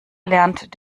lernt